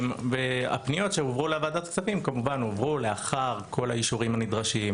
והפניות שהועברו לוועדת כספים כמובן הועברו לאחר כל האישורים הנדרשים,